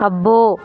అబ్బో